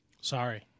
sorry